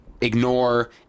ignore